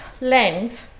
lens